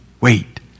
wait